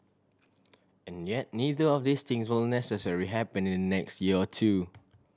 and yet neither of these things will necessary happen in the next year or two